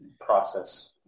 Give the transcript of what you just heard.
process